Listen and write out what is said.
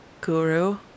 guru